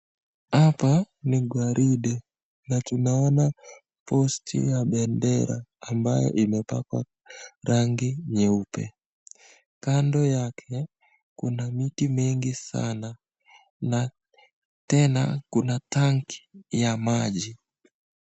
Hapa ni gwaride na tunaona posti ya pendera ambayo imepakwa rangi nyeupe kando yake kuna miti mengi sana na tena kuna tangi ya maji.